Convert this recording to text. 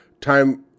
time